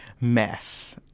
mess